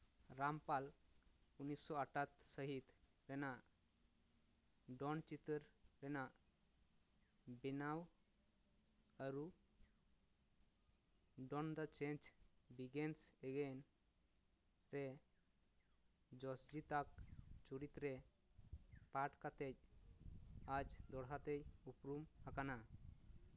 ᱨᱟᱢᱯᱟᱞ ᱩᱱᱤᱥᱥᱚ ᱟᱴᱷᱟᱛᱛᱚᱨ ᱥᱟᱹᱦᱤᱛ ᱨᱮᱱᱟᱜ ᱰᱳᱱᱴ ᱪᱤᱛᱟᱹᱨ ᱨᱮᱱᱟᱜ ᱵᱮᱱᱟᱣ ᱟᱹᱨᱩ ᱰᱳᱱᱴ ᱫᱟ ᱪᱮᱧᱡᱽ ᱵᱤᱜᱤᱱᱥ ᱮᱜᱮᱭᱱ ᱨᱮ ᱡᱚᱥᱡᱤᱛᱟᱜ ᱪᱩᱨᱤᱛ ᱨᱮ ᱯᱟᱨᱴ ᱠᱟᱛᱮᱫ ᱟᱡ ᱫᱚᱦᱲᱟ ᱛᱮᱭ ᱩᱯᱨᱩᱢ ᱟᱠᱟᱱᱟ